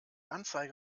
anzeige